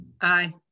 Aye